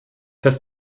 dass